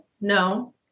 No